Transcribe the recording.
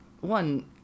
one